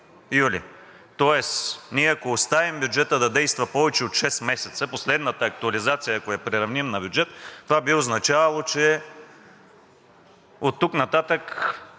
Тоест ние, ако оставим бюджетът да действа повече от шест месеца, последната актуализация, ако я приравним на бюджет, това би означавало, че оттук нататък